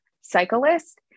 cyclist